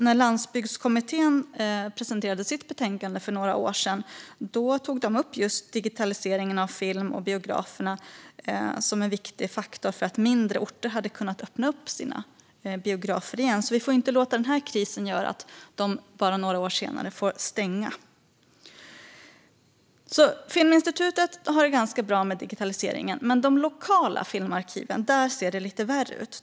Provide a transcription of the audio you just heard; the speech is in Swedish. När Landsbygdskommittén presenterade sitt betänkande för några år sedan tog de upp just digitaliseringen av film och biograferna som en viktig faktor för att mindre orter hade kunnat öppna sina biografer igen, så vi får inte låta den här krisen göra att de bara några år senare får stänga. Filminstitutet har det ganska bra med digitaliseringen, men med de lokala filmarkiven ser det lite värre ut.